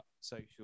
social